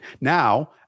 Now